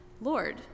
Lord